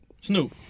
Snoop